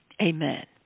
Amen